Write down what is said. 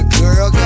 girl